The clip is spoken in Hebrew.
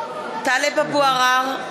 טלב אבו עראר,